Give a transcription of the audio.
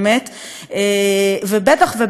ובטח ובטח לא,